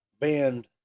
band